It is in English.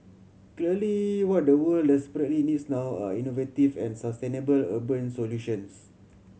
clearly what the world desperately needs now are innovative and sustainable urban solutions